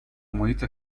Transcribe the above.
محیط